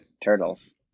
Turtles